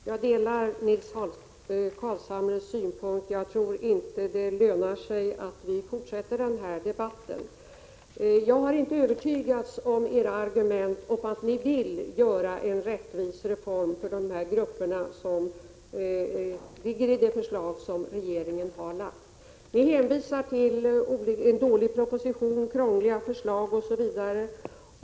Herr talman! Jag delar Nils Carlshamres synpunkt att det inte lönar sig att fortsätta den här debatten. Jag har inte övertygats av era argument om att ni vill genomföra en rättvis reform för de grupper som ingår i det förslag som regeringen har framlagt. Ni hänvisar till en dålig proposition, krångliga förslag osv.